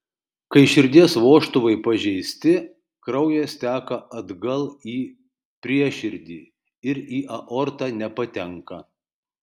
kai širdies vožtuvai pažeisti kraujas teka atgal į prieširdį ir į aortą nepatenka